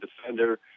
defender